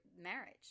marriage